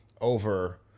over